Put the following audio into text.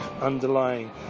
underlying